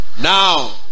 Now